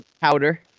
powder